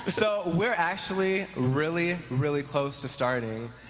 but so we are actually really, really close to starting.